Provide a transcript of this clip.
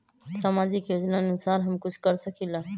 सामाजिक योजनानुसार हम कुछ कर सकील?